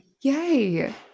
yay